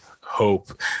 hope